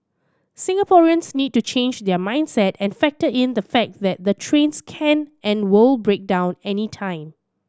Singaporeans need to change their mindset and factor in the fact that the trains can and will break down anytime